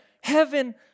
heaven